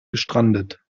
gestrandet